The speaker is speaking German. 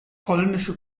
polnische